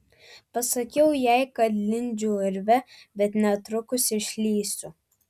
pasakiau jai kad lindžiu urve bet netrukus išlįsiu